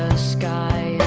ah sky.